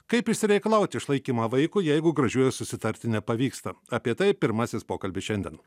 kaip išsireikalauti išlaikymą vaikui jeigu gražiuoju susitarti nepavyksta apie tai pirmasis pokalbis šiandien